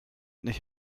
nicht